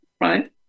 right